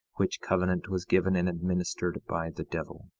which covenant was given and administered by the devil,